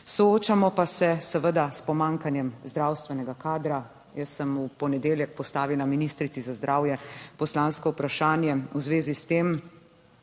Soočamo pa se seveda s pomanjkanjem zdravstvenega kadra. Jaz sem v ponedeljek postavila ministrici za zdravje poslansko vprašanje v zvezi s tem.